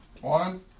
One